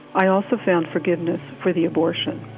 i also found forgiveness for the abortion,